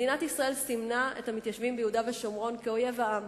מדינת ישראל סימנה את המתיישבים ביהודה ושומרון כאויב העם,